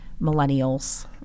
millennials